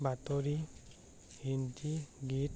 বাতৰি হিন্দী গীত